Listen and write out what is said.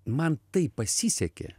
man taip pasisekė